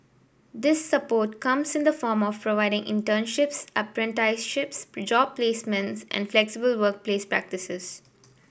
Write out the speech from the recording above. this support comes in the form of internships apprenticeships job placements and flexible workplace practices